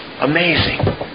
Amazing